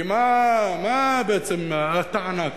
כי מה בעצם הטענה כאן?